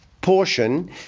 portion